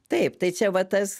taip tai čia va tas